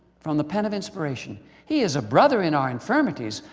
from the pen of inspiration he is a brother in our infirmities,